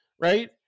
Right